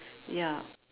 ya